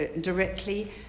directly